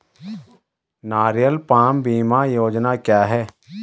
नारियल पाम बीमा योजना क्या है?